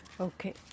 Okay